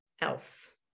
else